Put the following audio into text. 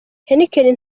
heineken